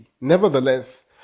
Nevertheless